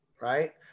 right